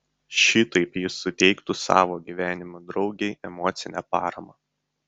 šitaip jis suteiktų savo gyvenimo draugei emocinę paramą